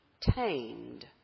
tamed